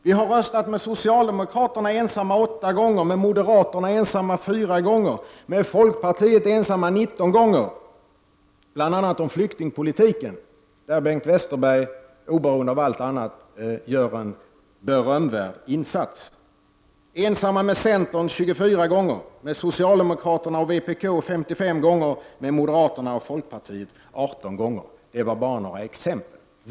Vi har röstat med socialdemokraterna ensamma 8 gånger, med moderaterna ensamma 4 gånger, med folkpartiet ensamma 19 gånger — bl.a. om flyktingpolitiken, där Bengt Westerberg oberoende av allt annat gör en berömvärd insats —, ensamma med centerpartiet 24 gånger, med socialdemokraterna och vpk 55 gånger och med moderaterna och folkpartiet 18 gånger. Detta var bara några exempel.